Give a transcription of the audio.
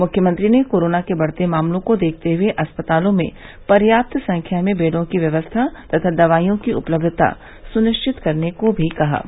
मुख्यमंत्री ने कोरोना के बढ़ते मामलों को देखते हए अस्पतालों में पर्याप्त संख्या में बेडों की व्यवस्था तथा दवाईयों की उपलब्धता सुनिश्चित करने को मी कहा है